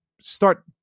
start